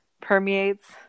permeates